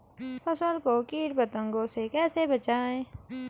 फसल को कीट पतंगों से कैसे बचाएं?